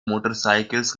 motorcycles